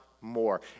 more